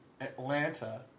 Atlanta